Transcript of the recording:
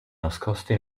nascosti